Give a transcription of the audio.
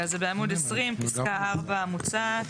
אוקיי, אז זה בעמוד 20, פסקה (4) המוצעת.